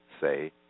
say